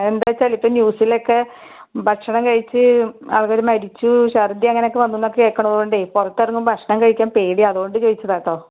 എന്താന്ന് വെച്ചാൽ ഇപ്പം ന്യൂസിലൊക്കെ ഭക്ഷണം കഴിച്ച് അവര് മരിച്ച് ശർദ്ദി അങ്ങനെ ഒക്കെ വന്നുവെന്ന് കേൾക്കുന്നത് കൊണ്ടേ പുറത്ത് ഇറങ്ങുമ്പം ഭക്ഷണം കഴിക്കാൻ പേടിയാണ് അതുകൊണ്ട് ചോദിച്ചതാണ് കേട്ടോ